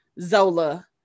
Zola